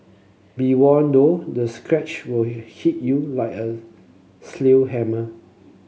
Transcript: be warned though the sketch will hit you like a sledgehammer